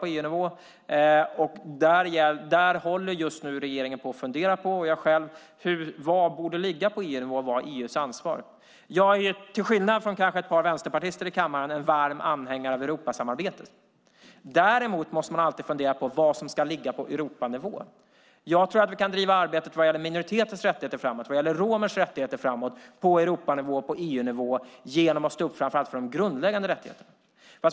Där håller regeringen och jag själv just nu på att fundera på vad som egentligen ska ligga på EU-nivå och vara EU:s ansvar. Kanske till skillnad från en del vänsterpartister i kammaren är jag en varm anhängare av Europasamarbetet. Däremot måste man alltid fundera på vad som ska ligga på Europanivå. Jag tror att vi kan driva arbetet med minoriteters, däribland romers, rättigheter på Europanivå, genom att framför allt stå upp för de grundläggande rättigheterna.